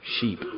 sheep